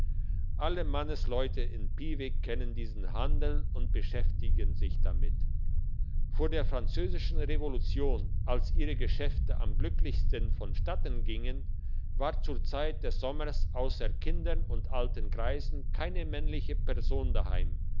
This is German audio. alle mannsleute in pieve kennen diesen handel und beschäftigen sich damit vor der französischen revolution als ihre geschäfte am glücklichsten vonstatten gingen war zur zeit des sommers ausser kindern und alten greisen keine männliche person daheim